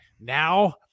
Now